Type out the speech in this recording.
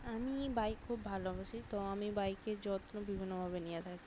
আমি বাইক খুব ভালোবাসি তো আমি বাইকের যত্ন বিভিন্নভাবে নিয়ে থাকি